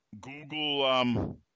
Google